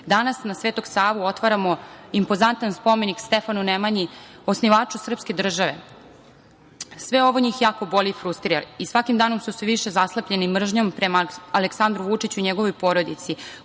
na Svetog Savu otvaramo impozantan spomenik Stefanu Nemanji, osnivaču srpske države. Sve ovo njih jako boli i frustrira i svakim danom su sve više zaslepljeni mržnjom prema Aleksandru Vučiću i njegovoj porodici